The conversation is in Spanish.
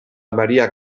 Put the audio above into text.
maría